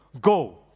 Go